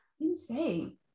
Insane